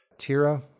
Tira